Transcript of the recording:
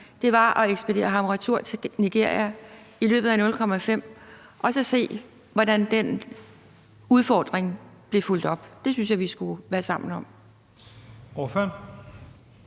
være at ekspedere ham retur til Nigeria i løbet af nul komma fem og så se, hvordan den udfordring blev fulgt op. Det synes jeg at vi skulle være sammen om.